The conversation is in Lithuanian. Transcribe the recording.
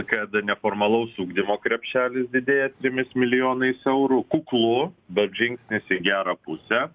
kad neformalaus ugdymo krepšelis didėja trimis milijonais eurų kuklu bet žingsnis į gerą pusę